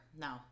No